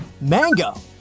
Mango